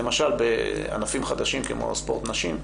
למשל, בענפים חדשים כמו ספורט נשים,